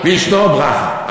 ואשתו ברכה,